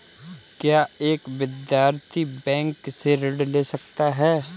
क्या एक विद्यार्थी बैंक से ऋण ले सकता है?